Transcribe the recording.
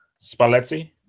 Spalletti